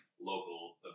local